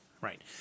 Right